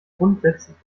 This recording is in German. grundsätzlich